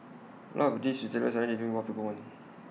A lot of these retailers aren't delivering what people want